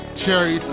cherry